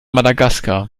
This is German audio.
madagaskar